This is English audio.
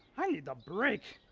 i need a break.